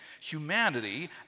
humanity